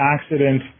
accident